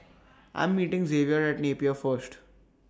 I Am meeting Xavier At Napier First